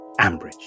Ambridge